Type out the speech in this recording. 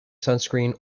sunscreen